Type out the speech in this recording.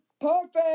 PERFECT